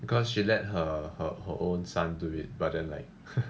because she let her her her own son do it but then like